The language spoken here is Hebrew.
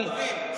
אתה יודע מה עצוב?